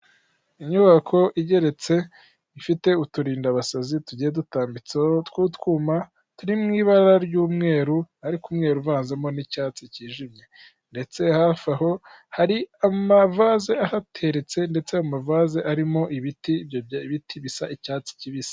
Inyubako igeretse ifite uturindabasazi tugiye dutambitseho tw'utwuma turi mu ibara ry'umweru, ariko umweru uvanzamo n'icyatsi cyijimye. Ndetse hafi aho, hari amavaze ahateretse, ndetse amavaze arimo ibiti, ibyo biti bisa icyatsi kibisi.